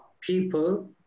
people